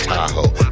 Tahoe